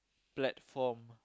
platform